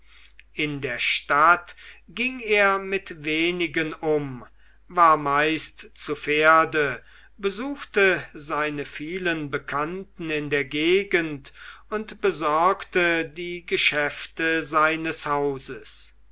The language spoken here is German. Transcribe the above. in der stadt ging er mit wenigen um war meist zu pferde besuchte seine vielen bekannten in der gegend und besorgte die geschäfte seines hauses